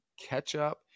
ketchup